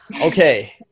Okay